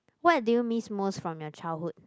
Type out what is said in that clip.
what do you miss most from your childhood